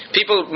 People